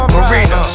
Marina